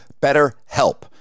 BetterHelp